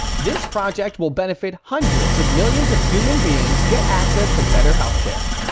this project will benefit hundreds of millions of human beings get access to better healthcare.